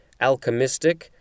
Alchemistic